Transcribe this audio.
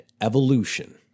evolution